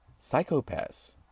psychopaths